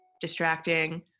distracting